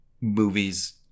movies